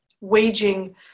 waging